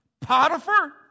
Potiphar